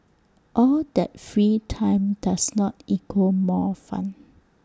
all that free time does not equal more fun